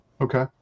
Okay